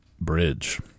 Bridge